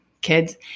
kids